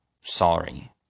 sorry